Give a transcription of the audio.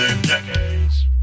Decades